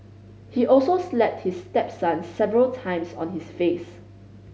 he also slapped his stepson several times on his face